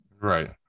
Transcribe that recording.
Right